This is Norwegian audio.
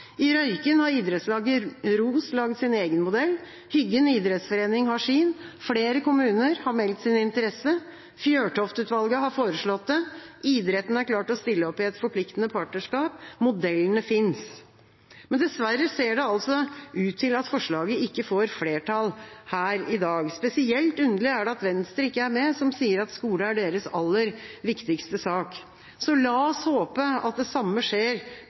I Røyken har idrettslaget ROS lagd sin egen modell. Hyggen Idrettsforening har sin. Flere kommuner har meldt sin interesse. Fjørtoft-utvalget har foreslått det. Idretten har klart å stille opp i et forpliktende partnerskap. Modellene fins. Dessverre ser det ut til at forslaget ikke får flertall her i dag. Spesielt underlig er det at Venstre, som sier at skole er deres aller viktigste sak, ikke er med. La oss håpe at det samme skjer